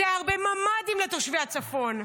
זה הרבה ממ"דים לתושבי הצפון.